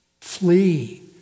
Flee